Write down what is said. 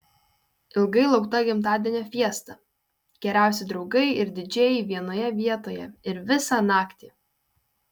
ilgai laukta gimtadienio fiesta geriausi draugai ir didžėjai vienoje vietoje ir visą naktį